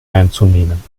einzunehmen